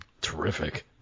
terrific